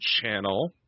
channel